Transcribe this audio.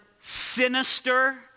sinister